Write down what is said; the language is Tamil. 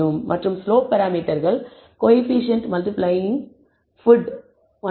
மற்றும் ஸ்லோப் பராமீட்டர்கள் கோஎஃபீஷியேன்ட் மல்டிபிளையிங் ஃபுட் 1